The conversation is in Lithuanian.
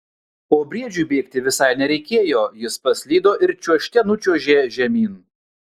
o briedžiui bėgti visai nereikėjo jis paslydo ir čiuožte nučiuožė žemyn